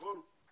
נכון?